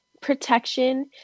protection